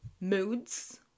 moods